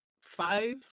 five